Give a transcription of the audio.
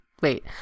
Wait